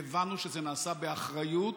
והבנו שזה נעשה באחריות